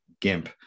GIMP